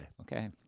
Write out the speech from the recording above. Okay